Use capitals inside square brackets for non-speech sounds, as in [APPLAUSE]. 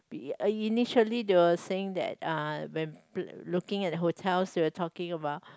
[NOISE] initially they were saying that uh when [NOISE] looking at hotels we were talking about